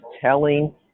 telling